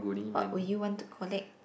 what would you want to collect